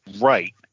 Right